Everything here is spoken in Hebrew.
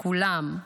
כולם,